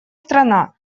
страна